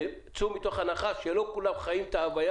וצאו מתוך הנחה שלא כולם חיים את ההוויה